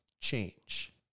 change